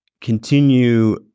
continue